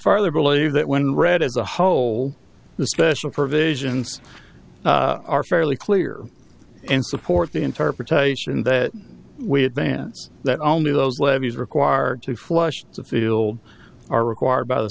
further believe that when read as a whole the special provisions are fairly clear and support the interpretation that we advance that only those levies required to flush the field are required by the